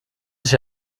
dich